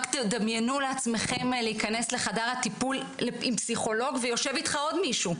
רק תדמיינו לעצמכם להיכנס לחדר הטיפול עם פסיכולוג ויושב אתך עוד מישהו.